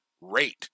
rate